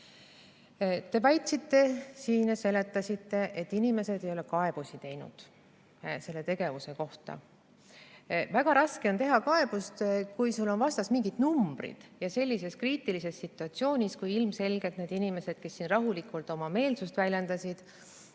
Te väitsite siin ja seletasite, et inimesed ei ole selle tegevuse kohta kaebusi esitanud. Väga raske on esitada kaebust, kui sul on vastas mingid numbrid. Sellises kriitilises situatsioonis ilmselgelt need inimesed, kes siin rahulikult oma meelsust väljendasid,